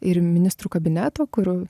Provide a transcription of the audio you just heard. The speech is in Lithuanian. ir ministrų kabineto kur